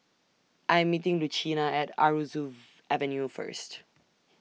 I Am meeting Lucina At Aroozoo Avenue First